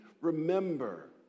remember